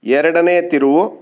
ಎರಡನೇ ತಿರುವು